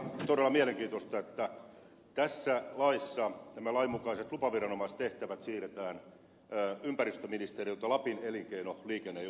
minusta on todella mielenkiintoista että tässä laissa nämä lainmukaiset lupaviranomaistehtävät siirretään ympäristöministeriöltä lapin elinkeino liikenne ja ympäristökeskukselle